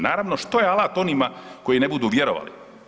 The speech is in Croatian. Naravno, što je alat onima koji ne budu vjerovali?